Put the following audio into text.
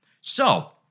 So-